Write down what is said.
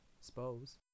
suppose